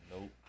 Nope